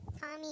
Tommy